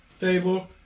table